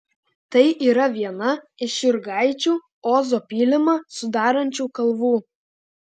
tai yra viena iš jurgaičių ozo pylimą sudarančių kalvų